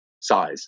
size